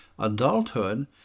adulthood